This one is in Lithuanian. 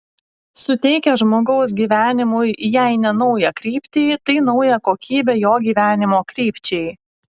suteikia žmogaus gyvenimui jei ne naują kryptį tai naują kokybę jo gyvenimo krypčiai